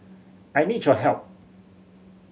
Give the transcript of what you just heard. I need your help